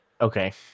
Okay